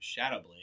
Shadowblade